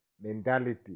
mentality